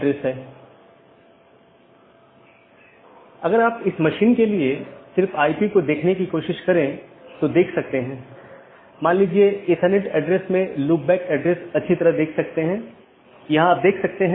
इसलिए अगर हम फिर से इस आंकड़े पर वापस आते हैं तो यह दो BGP स्पीकर या दो राउटर हैं जो इस विशेष ऑटॉनमस सिस्टमों के भीतर राउटरों की संख्या हो सकती है